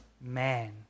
man